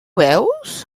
veus